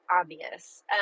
obvious